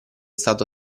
stato